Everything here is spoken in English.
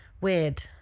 weird